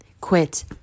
quit